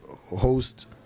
host